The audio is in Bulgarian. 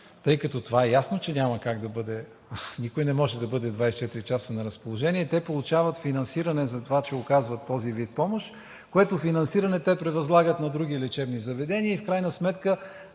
тъй като това е ясно, че няма как да бъде, никой не може да бъде 24 часа на разположение, те получават финансиране, затова че оказват този вид помощ, което финансиране те превъзлагат на други лечебни заведения и в крайна сметка